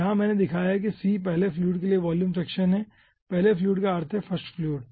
यहाँ मैंने दिखाया है कि c पहले फ्लूइड के लिए वॉल्यूम फ्रैक्शन है पहले फ्लूइड का अर्थ है 1st फ्लूइड